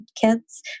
kids